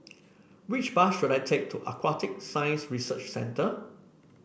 which bus should I take to Aquatic Science Research Centre